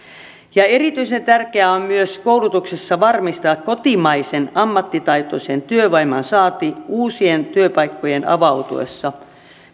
erityisen tärkeää on myös koulutuksessa varmistaa kotimaisen ammattitaitoisen työvoiman saanti uusien työpaikkojen avautuessa